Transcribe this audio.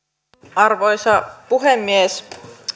arvoisa puhemies